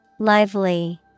Lively